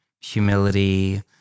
humility